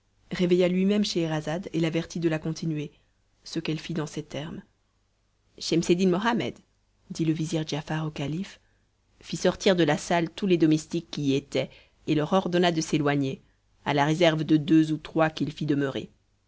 bedreddin réveilla lui-même scheherazade et l'avertit de la continuer ce qu'elle fit dans ces termes schemseddin mohammed dit le vizir giafar au calife fit sortir de la salle tous les domestiques qui y étaient et leur ordonna de s'éloigner à la réserve de deux ou trois qu'il fit demeurer